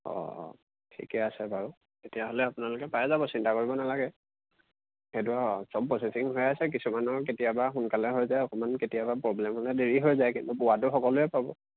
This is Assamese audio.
অঁ অঁ ঠিকে আছে বাৰু তেতিয়াহ'লে আপোনালোকে পাই যাব চিন্তা কৰিব নালাগে সেইটো অঁ চব প্ৰচেচিং হৈ আছে কিছুমানৰ কেতিয়াবা সোনকালে হৈ যায় অকণমান কেতিয়াবা প্ৰব্লেম হ'লে দেৰি হৈ যায় কিন্তু পোৱাতো সকলোৱে পাব